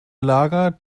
lager